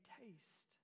taste